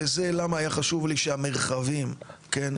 וזה למה היה חשוב לי שהמרחבים, כן?